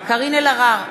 קארין אלהרר,